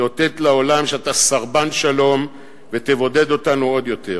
תאותת לעולם שאתה סרבן שלום ותבודד אותנו עוד יותר.